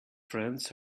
friends